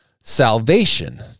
salvation